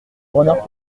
renard